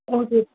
okay